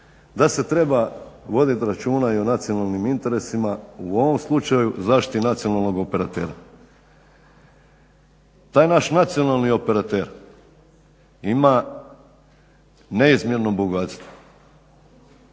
da se treba voditi računa i o nacionalnim interesima, u ovom slučaju zaštiti nacionalnog operatera. Taj naš nacionalni operater ima neizmjerno bogatstvo,